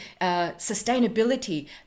sustainability